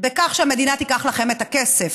בכך שהמדינה תיקח לכם את הכסף,